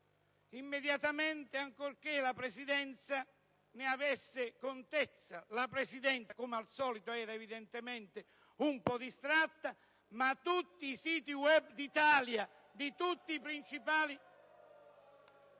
(immediatamente, ancorché la Presidenza ne avesse contezza: la Presidenza, come al solito, era evidentemente un po' distratta) tutti i siti *web* d'Italia, di tutti i principali